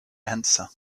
answer